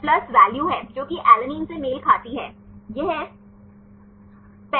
तो यह plus value है जो कि ऐलेनिन से मेल खाती है यह 65 है